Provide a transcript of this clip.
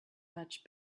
much